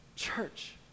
church